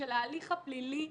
של ההליך הפלילי,